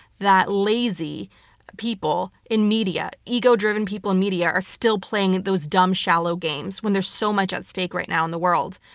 that lazy people in media, ego-driven people in media, are still playing those dumb, shallow games when there's so much at stake right now in the world.